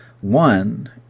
One